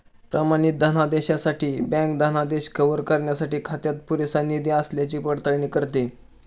प्रमाणित धनादेशासाठी बँक धनादेश कव्हर करण्यासाठी खात्यात पुरेसा निधी असल्याची पडताळणी करते